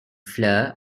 fleur